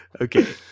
Okay